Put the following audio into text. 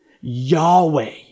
Yahweh